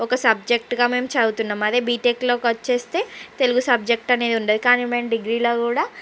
ఒక సబ్జెక్టుగా మేము చదువుతున్నాం అదే బిటెక్లో వచ్చి తెలుగు సబ్జెక్ట్ అనేది ఉండదు కానీ మేము డిగ్రీలో కూడా